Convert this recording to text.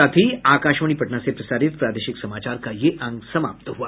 इसके साथ ही आकाशवाणी पटना से प्रसारित प्रादेशिक समाचार का ये अंक समाप्त हुआ